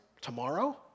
tomorrow